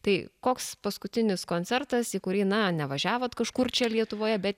tai koks paskutinis koncertas į kurį na nevažiavote kažkur čia lietuvoje bet